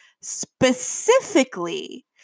specifically